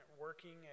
working